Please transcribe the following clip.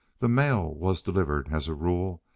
the mail was delivered, as a rule,